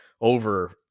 over